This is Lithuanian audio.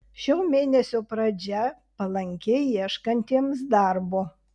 šio mėnesio pradžia palanki ieškantiems darbo